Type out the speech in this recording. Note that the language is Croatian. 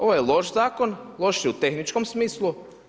Ovo je loš zakon, loš je u tehničkom smislu.